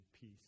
peace